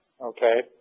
okay